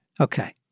okay